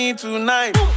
tonight